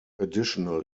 additional